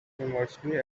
immensely